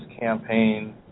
campaign